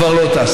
כבר לא תעשה.